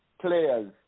players